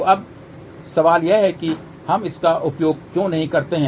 तो अब सवाल यह है कि हम इसका उपयोग क्यों नहीं करते हैं